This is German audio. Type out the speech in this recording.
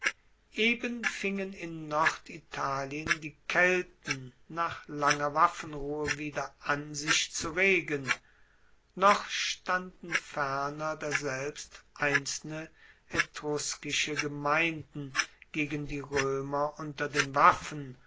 eben fingen in norditalien die kelten nach langer waffenruhe wieder an sich zu regen noch standen ferner daselbst einzelne etruskische gemeinden gegen die roemer unter den waffen